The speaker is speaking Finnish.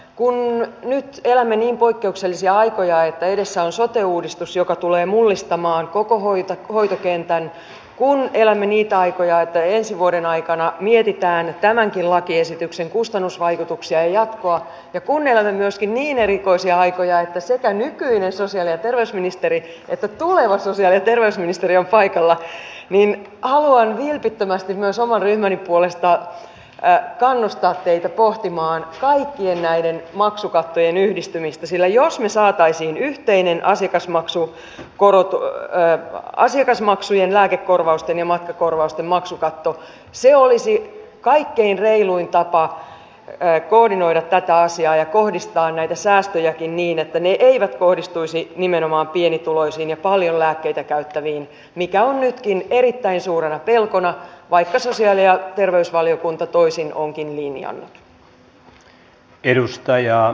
kun nyt elämme niin poikkeuksellisia aikoja että edessä on sote uudistus joka tulee mullistamaan koko hoitokentän kun elämme niitä aikoja että ensi vuoden aikana mietitään tämänkin lakiesityksen kustannusvaikutuksia ja jatkoa ja kun elämme myöskin niin erikoisia aikoja että sekä nykyinen sosiaali ja terveysministeri että tuleva sosiaali ja terveysministeri ovat paikalla niin haluan vilpittömästi myös oman ryhmäni puolesta kannustaa teitä pohtimaan kaikkien näiden maksukattojen yhdistämistä sillä jos me saisimme yhteisen asiakasmaksujen lääkekorvausten ja matkakorvausten maksukaton se olisi kaikkein reiluin tapa koordinoida tätä asiaa ja kohdistaa näitä säästöjäkin niin että ne eivät kohdistuisi nimenomaan pienituloisiin ja paljon lääkkeitä käyttäviin mikä on nytkin erittäin suurena pelkona vaikka sosiaali ja terveysvaliokunta toisin onkin linjannut